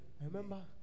Remember